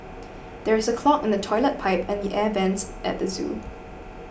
there is a clog in the Toilet Pipe and the Air Vents at the zoo